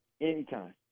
Anytime